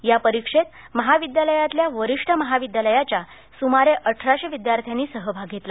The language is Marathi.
या परीक्षेत महाविद्यालयातल्या वरिष्ठ महाविद्यालयाच्या सुमारे अठराशे विद्यार्थ्यानी सहभाग घेतला